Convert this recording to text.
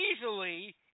easily